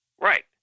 Right